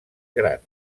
grans